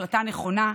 החלטה נכונה.